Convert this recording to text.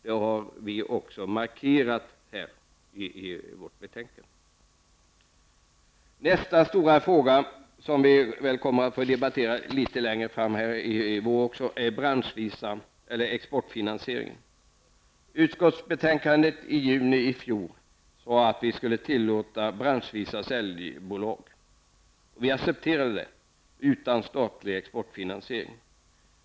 Vi har även markerat detta i betänkandet. Ytterligare en fråga, som även kommer att debatteras längre fram i vår, gäller exportfinansieringen. I utskottsbetänkandet från i juni i fjol sades att vi skulle tillåta branschvisa säljbolag. Vi accepterade det, utan statlig exportfinansiering.